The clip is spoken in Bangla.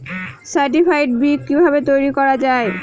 সার্টিফাইড বি কিভাবে তৈরি করা যায়?